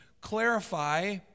clarify